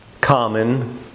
common